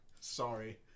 Sorry